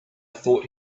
thought